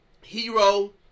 hero